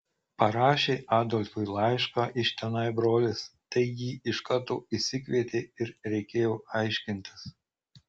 parašė adolfui laišką iš tenai brolis tai jį iš karto išsikvietė ir reikėjo aiškintis